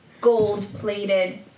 gold-plated